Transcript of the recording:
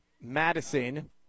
Madison